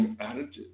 attitude